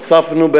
הוספנו,